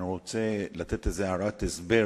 אני רוצה להשמיע איזו הערת הסבר.